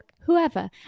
whoever